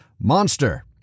Monster